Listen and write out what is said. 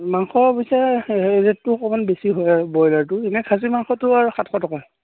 মাংস পিছে ৰেটটো অকমান বেছি হয় আৰু ব্ৰয়লাৰটো ইনেই খাছী মাংসটো আৰু সাতশ টকা